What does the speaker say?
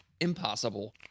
impossible